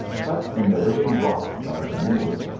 cut in the living rock by the moors,